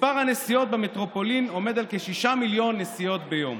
מספר הנסיעות במטרופולין עומד על כ-6 מיליון נסיעות ביום".